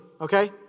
okay